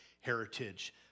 heritage